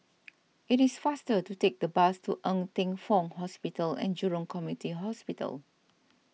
it is faster to take the bus to Ng Teng Fong Hospital and Jurong Community Hospital